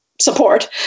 support